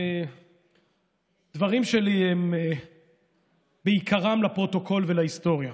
הדברים שלי הם בעיקרם לפרוטוקול ולהיסטוריה,